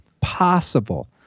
possible